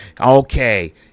Okay